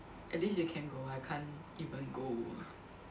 at least you can go I can't even go